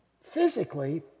physically